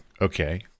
Okay